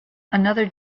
another